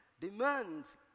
demands